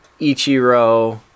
Ichiro